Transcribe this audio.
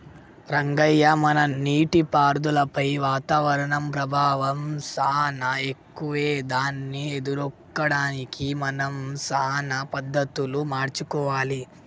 రంగయ్య మన నీటిపారుదలపై వాతావరణం ప్రభావం సానా ఎక్కువే దాన్ని ఎదుర్కోవడానికి మనం సానా పద్ధతులు మార్చుకోవాలి